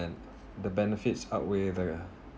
and the benefits outweigh the